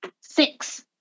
Six